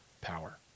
power